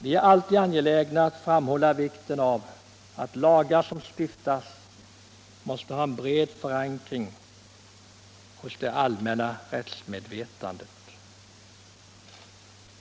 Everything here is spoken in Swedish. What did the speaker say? Vi är alltid angelägna om att framhålla vikten av att lagar som stiftas måste ha en bred förankring i det allmänna rättsmedvetandet.